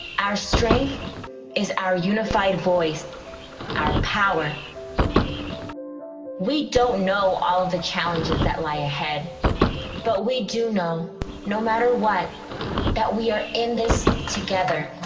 our strength is our unified voice our power we don't know all the challenges that lie ahead but we do know no matter what that we are in this together